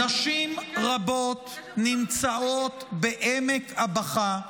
נשים רבות נמצאות בעמק הבכא,